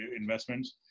investments